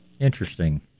Interesting